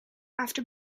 after